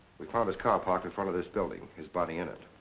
we found his car parked in front of this building, his body in it.